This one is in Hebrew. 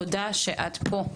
תודה שאת פה.